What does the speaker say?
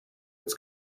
its